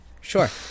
sure